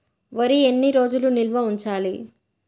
వరి ఎన్ని రోజులు నిల్వ ఉంచాలి?